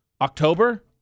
October